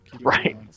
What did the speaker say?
right